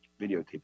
videotape